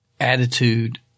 attitude